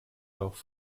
auch